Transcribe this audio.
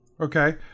Okay